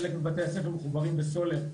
חלק מבתי הספר מחוברים בסולר,